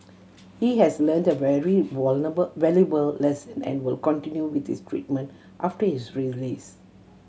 he has learnt a very valuable valuable lesson and will continue with his treatment after his release